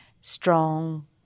strong